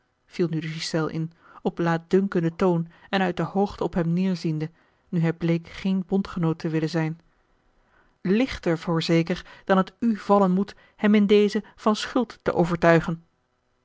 viel nu de ghiselles in op laatdunkenden toon en uit de hoogte op hem neêrziende nu hij bleek geen bondgenoot te willen zijn lichter voorzeker dan het u vallen moet hem in dezen van schuld te overtuigen